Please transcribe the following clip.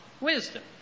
wisdom